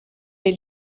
les